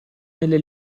nelle